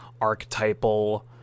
Archetypal